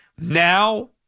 Now